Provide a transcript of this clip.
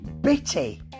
bitty